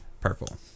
purple